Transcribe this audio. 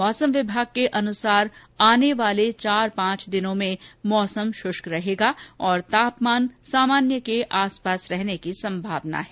मौसम विभाग के अनुसार आने वाले चार पांच दिन मौसम शुष्क रहेगा और तापमान सामान्य के आस पास रहने की संभावना है